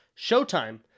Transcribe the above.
Showtime